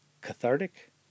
cathartic